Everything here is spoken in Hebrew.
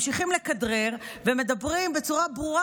ממשיכים לכדרר ומדברים בצורה ברורה